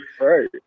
right